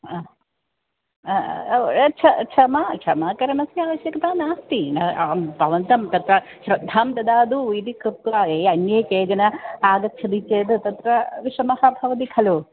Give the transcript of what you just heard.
हा क्ष क्षमा क्षमा करणस्य आवश्यकता नास्ति भवन्तं तत्र श्रद्धां ददातु इति कृत्वा ये अन्ये केचन आगच्छति चेत् तत्र विषमः भवति खलु